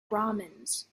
brahmins